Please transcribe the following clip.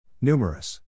Numerous